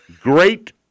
Great